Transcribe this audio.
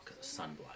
Sunlight